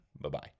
Bye-bye